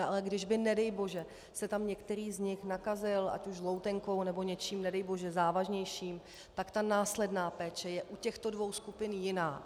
Ale když by nedejbože se tam některý z nich nakazil ať už žloutenkou, nebo něčím nedejbože závažnějším, tak ta následná péče je u těchto dvou skupin jiná.